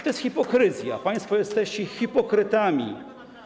To jest hipokryzja, państwo jesteście hipokrytami.